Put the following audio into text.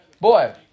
Boy